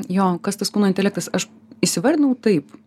jo kas tas kūno intelektas aš įsivardinau taip